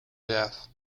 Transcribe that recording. death